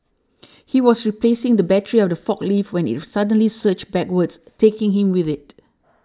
he was replacing the battery of the forklift when it suddenly surged backwards taking him with it